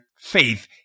faith